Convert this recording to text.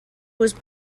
was